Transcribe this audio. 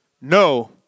No